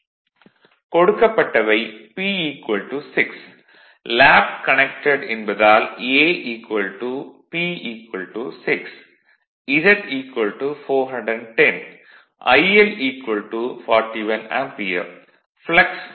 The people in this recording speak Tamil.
vlcsnap 2018 11 05 10h18m32s49 கொடுக்கப்பட்டவை P 6 லேப் கனக்டட் என்பதால் A P 6 Z 410 IL 41 ampere flux ∅ 0